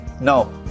No